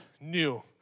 new